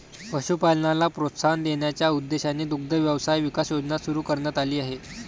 पशुपालनाला प्रोत्साहन देण्याच्या उद्देशाने दुग्ध व्यवसाय विकास योजना सुरू करण्यात आली आहे